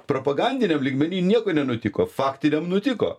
propagandiniam lygmeny nieko nenutiko faktiniam nutiko